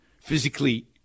physically